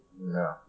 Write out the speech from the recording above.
No